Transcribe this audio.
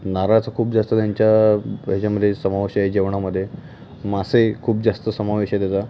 नारळाचं खूप जास्त त्यांच्या ह्याच्यामध्ये समावेश आहे जेवणामध्ये मासे खूप जास्त समावेश आहे त्याचा